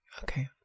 Okay